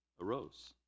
arose